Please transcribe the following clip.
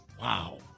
Wow